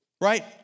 Right